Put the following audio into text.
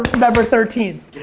november thirteenth.